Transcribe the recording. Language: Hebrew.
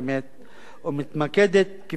ומתמקדת, כפי שאמרתי,